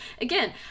again